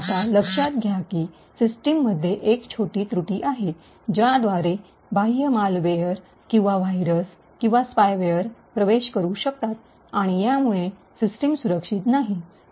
आता लक्षात घ्या की सिस्टममध्ये एक छोटीशी त्रुटी आहे ज्याद्वारे बाह्य मालवेयर किंवा व्हायरस किंवा स्पायवेअर प्रवेश करू शकतात आणि यामुळे सिस्टम सुरक्षित नाही